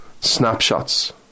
snapshots